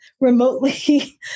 remotely